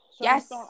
Yes